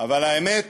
אבל האמת,